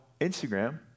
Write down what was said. Instagram